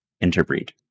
interbreed